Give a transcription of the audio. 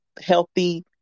healthy